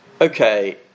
Okay